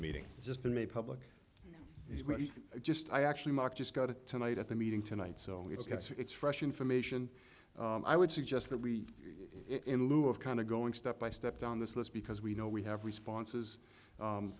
meeting just been made public just i actually mark just got to tonight at the meeting tonight so it's fresh information i would suggest that we in lieu of kind of going step by step down this list because we know we have responses